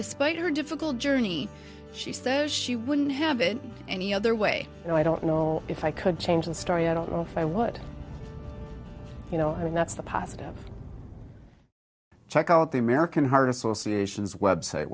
despite her difficult journey she says she wouldn't have it any other way you know i don't know if i could change the story i don't know if i would you know i mean that's the positive check out the american heart association's web site